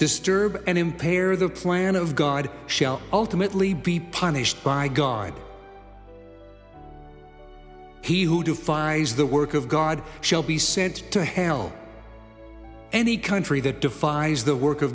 disturb and impair the plan of god shall ultimately be punished by god he who defies the work of god shall be sent to hell any country that defies the work